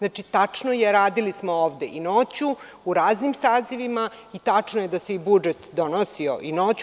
Tačno je, radili smo ovde i noću u raznim sazivima i tačno je da se budžet donosio i noću.